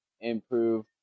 improve